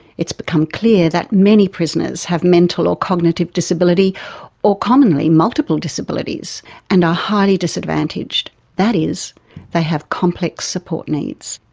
it's become clear that many prisoners have mental or cognitive disability or commonly multiple disabilities and are highly disadvantaged that is they have complex support needs.